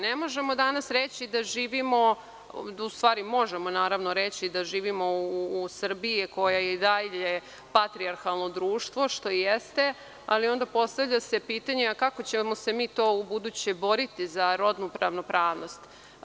Ne možemo danas reći da živimo, u stvari, možemo reći da živimo u Srbiji koja je i dalje patrijarhalno društvo, što i jeste, ali onda se postavlja pitanje – kako ćemo se mi to ubuduće boriti za rodnu ravnopravnost?